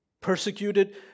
Persecuted